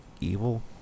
evil